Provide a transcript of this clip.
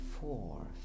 four